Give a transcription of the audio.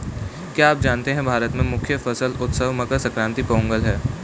क्या आप जानते है भारत में मुख्य फसल उत्सव मकर संक्रांति, पोंगल है?